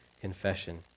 confession